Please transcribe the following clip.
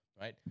right